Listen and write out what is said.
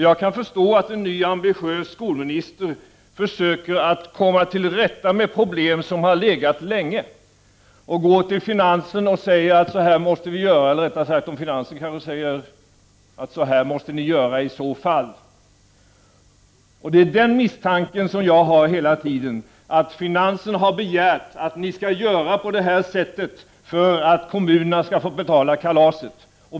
Jag kan förstå att en ny, ambitiös skolminister försöker komma till rätta med problem som har legat länge och gå till finansen. Jag misstänker att det är finansdepartementet som har sagt att ni skall göra på det här sättet för att kommunerna skall få betala kalaset.